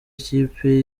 ikipe